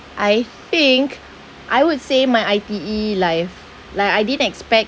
I think I would say my I_T_E life like I didn't expect